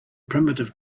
primitive